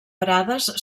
prades